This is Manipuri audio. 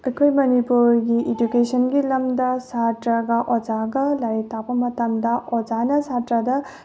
ꯑꯩꯈꯣꯏ ꯃꯅꯤꯄꯨꯔꯒꯤ ꯏꯗꯨꯀꯦꯁꯟꯒꯤ ꯂꯝꯗ ꯁꯥꯇ꯭ꯔꯒ ꯑꯣꯖꯥꯒ ꯂꯥꯏꯔꯤꯛ ꯇꯥꯛꯄ ꯃꯇꯝꯗ ꯑꯣꯖꯥꯅ ꯁꯥꯇ꯭ꯔꯗ